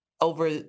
over